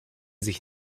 sich